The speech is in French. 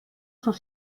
sont